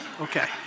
Okay